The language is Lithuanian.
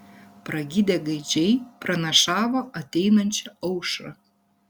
pragydę gaidžiai pranašavo ateinančią aušrą